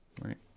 right